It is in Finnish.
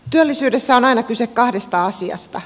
työllisyydessä on aina kyse kahdesta asiasta